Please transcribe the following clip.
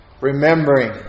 remembering